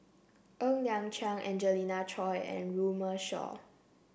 Ng Liang Chiang Angelina Choy and Runme Shaw